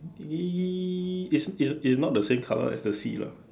y~ it's it's not the same colour as the sea lah